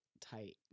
tight